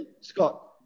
Scott